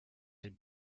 hin